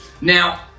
Now